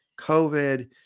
COVID